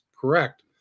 correct